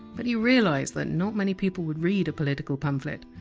but he realised that not many people would read a political pamphlet.